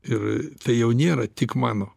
ir tai jau nėra tik mano